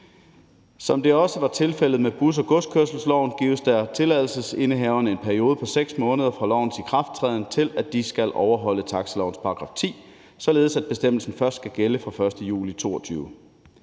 Som det også var tilfældet med buskørselsloven og godskørselsloven, gives der tilladelsesindehaverne en periode på 6 måneder fra lovens ikrafttræden, til de skal overholde taxilovens § 10, således at bestemmelsen først skal gælde fra den 1. juli 2022.